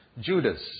Judas